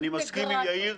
אני מסכים עם יאיר,